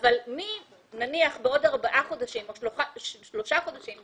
לנכי צה"ל והמשפחות השכולות,